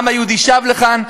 העם היהודי שב לכאן,